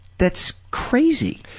that's crazy!